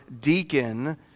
deacon